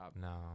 No